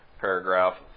Paragraph